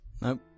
Nope